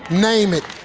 name it.